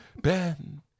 Ben